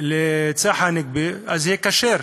לצחי הנגבי, אז זה יהיה כשר.